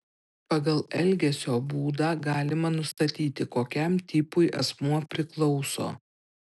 pagal elgesio būdą galima nustatyti kokiam tipui asmuo priklauso